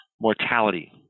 mortality